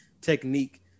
technique